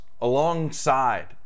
alongside